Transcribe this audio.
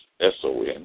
S-O-N